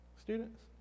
Students